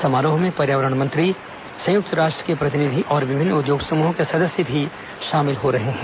समारोह में पर्यावरण मंत्री संयुक्त राष्ट्र के प्रतिनिधि और विभिन्न उद्योग समूहों के सदस्य भी शामिल हो रहे हैं